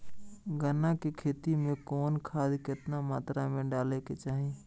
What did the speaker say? गन्ना के खेती में कवन खाद केतना मात्रा में डाले के चाही?